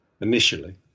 initially